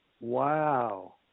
Wow